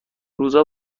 روزا